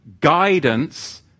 guidance